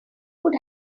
could